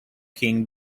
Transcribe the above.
king